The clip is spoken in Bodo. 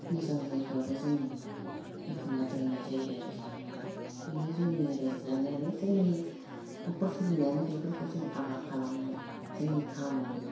मोजां जायगायावबो जों एखमबा दोननाय जायो आरखि बेनो जोंनि रायजो जानायानो जोंनि न'खर सलिनायानो बेफोरखौ जों आबार खालामनाय जोंनि खामानि